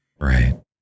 Right